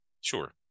Sure